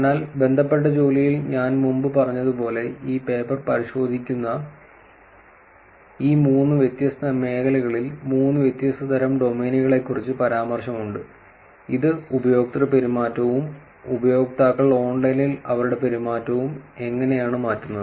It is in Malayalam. അതിനാൽ ബന്ധപ്പെട്ട ജോലിയിൽ ഞാൻ മുമ്പ് പറഞ്ഞതുപോലെ ഈ പേപ്പർ പരിശോധിക്കുന്ന ഈ മൂന്ന് വ്യത്യസ്ത മേഖലകളിൽ മൂന്ന് വ്യത്യസ്ത തരം ഡൊമെയ്നുകളെക്കുറിച്ച് പരാമർശമുണ്ട് ഇത് ഉപയോക്തൃ പെരുമാറ്റവും ഉപയോക്താക്കൾ ഓൺലൈനിൽ അവരുടെ പെരുമാറ്റവും എങ്ങനെയാണ് മാറ്റുന്നത്